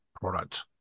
product